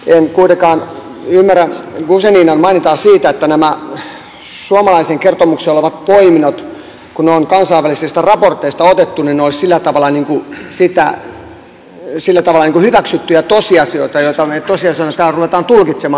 en kuitenkaan ymmärrä guzeninan mainintaa siitä että nämä suomalaisessa kertomuksessa olevat poiminnot kun ne on kansainvälisistä raporteista otettu olisivat sillä tavalla hyväksyttyjä tosiasioita joita me tosiasioina täällä rupeamme tulkitsemaan